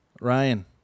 Ryan